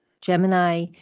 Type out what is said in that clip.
Gemini